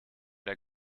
der